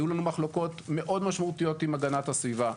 היו לנו מחלוקות מאוד משמעותיות עם הגנת הסביבה.